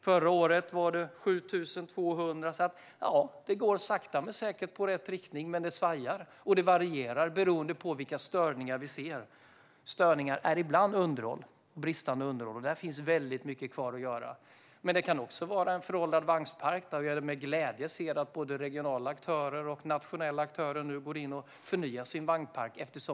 Förra året var det 7 200. Det går sakta men säkert i rätt riktning, men det svajar, och det varierar beroende på vilka störningar vi ser. Störningar beror ibland på bristande underhåll, och där finns väldigt mycket kvar att göra. Men det kan också vara fråga om en föråldrad vagnpark. Jag ser med glädje att både regionala aktörer och nationella aktörer nu går in och förnyar sin vagnpark.